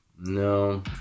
No